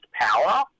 power